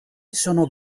sono